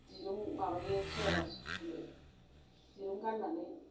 दिरुं माबायो सोरहाबा दिरुं गाननानै